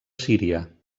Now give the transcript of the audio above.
síria